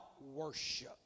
worship